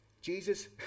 Jesus